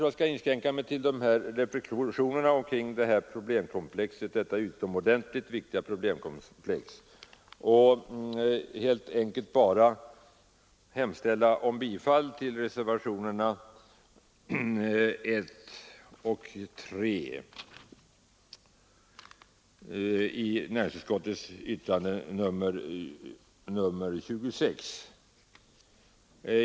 Jag skall inskränka mig till dessa reflexioner kring detta utomordentligt viktiga problemkomplex och hemställer om bifall till reservationerna 1, 2 och 3 vid näringsutskottets betänkande nr 26.